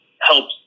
helps